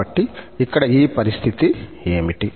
కాబట్టి ఇక్కడ ఈ పరిస్థితి ఏమిటి